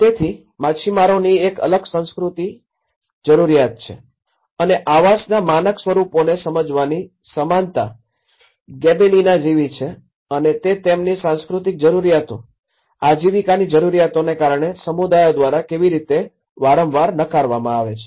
તેથી માછીમારોની એક અલગ સાંસ્કૃતિક જરૂરિયાત છે અને આવાસના માનક સ્વરૂપોને સમજવાની સમાનતા ગીબેલિના જેવી છે અને તે તેમની સાંસ્કૃતિક જરૂરિયાતો આજીવિકાની જરૂરિયાતોને કારણે સમુદાયો દ્વારા કેવી રીતે વારંવાર નકારવામાં આવે છે